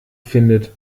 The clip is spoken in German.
findet